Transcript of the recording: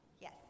Yes